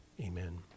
Amen